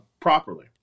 Properly